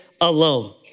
alone